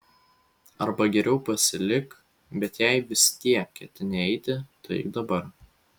arba geriau pasilik bet jei vis tiek ketini eiti tai eik dabar